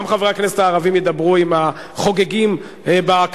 גם חברי הכנסת הערבים ידברו עם החוגגים בכפרים,